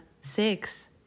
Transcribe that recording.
six